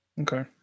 Okay